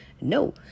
No